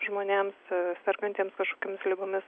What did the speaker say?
žmonėms sergantiems kažkokiomis ligomis